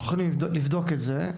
אנחנו יכולים לבדוק את זה,